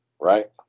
right